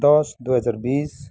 दस दुई हजार बिस